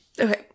Okay